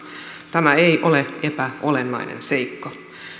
tämä ei ole epäolennainen seikka